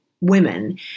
women